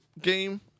game